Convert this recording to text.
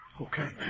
Okay